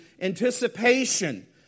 anticipation